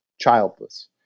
childless